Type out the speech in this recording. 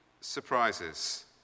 surprises